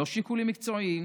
לא שיקולים מקצועיים,